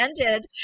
ended